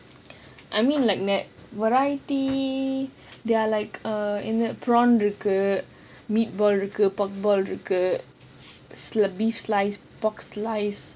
I mean like that variety there are like err prawn இருக்கு:irukku meatball இருக்கு::rukku barbecue pork இருக்கு:ukku beef slice pork slice இருக்கு:ikku